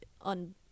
on